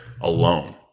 alone